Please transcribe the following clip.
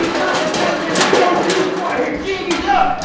you stop that right now. ghost killin' squad here, jig is up.